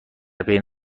بین